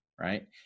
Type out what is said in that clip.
right